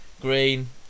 Green